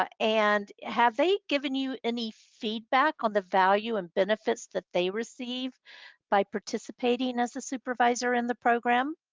ah and have they given you any feedback on the value and benefits that they receive by participating and as a supervisor in the program?